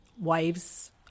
Wives